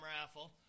raffle